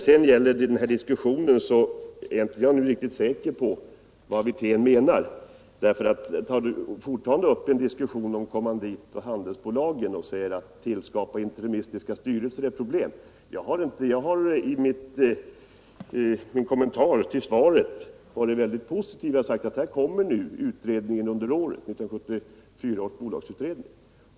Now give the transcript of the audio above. Sedan är jag inte riktigt säker på vad herr Wirtén menar med den här diskussionen. Han tar fortfarande upp kommandit och handelsbolagen och säger att det är problem med att skapa interimistiska styrelser. Jag har i min kommentar till svaret varit mycket positiv och sagt att 1974 års bolagsutredning kommer med ett förslag under året.